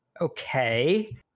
okay